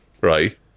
right